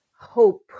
hope